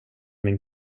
min